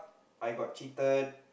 I got cheated